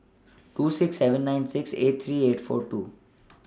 two six seven nine six eight three eight four two